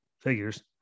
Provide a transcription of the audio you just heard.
figures